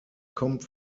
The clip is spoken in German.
kommt